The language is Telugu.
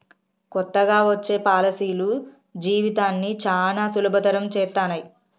కొత్తగా వచ్చే పాలసీలు జీవితాన్ని చానా సులభతరం చేత్తన్నయి